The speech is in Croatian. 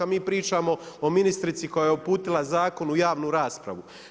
Mi pričamo o ministrici koja je uputila zakon u javnu raspravu.